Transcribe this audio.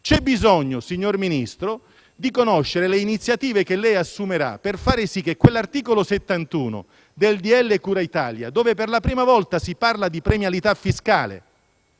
C'è bisogno, signor Ministro, di conoscere le iniziative che assumerà per far sì che con quell'articolo 71 del decreto cura Italia, in cui per la prima volta si parla di premialità fiscale,